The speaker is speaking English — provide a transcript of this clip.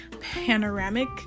panoramic